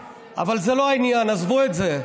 אבל זה לא העניין, עזבו את זה.